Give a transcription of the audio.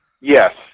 Yes